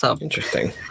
Interesting